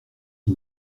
qui